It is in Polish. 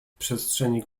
przestrzeni